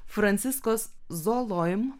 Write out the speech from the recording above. franciskas zoloim